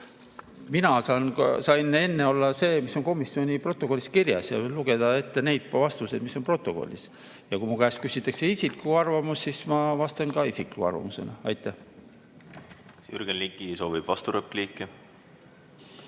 mina sain enne öelda seda, mis on komisjoni protokollis kirjas, ja lugeda ette neid vastuseid, mis on protokollis. Ja kui minu käest küsitakse isiklikku arvamust, siis ma vastan ka isikliku arvamusega. Aitäh! Jürgen Ligi soovib vasturepliiki.